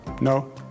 No